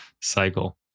cycle